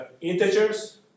integers